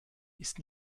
ist